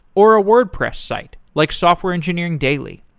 or a wordpress site, like software engineering daily.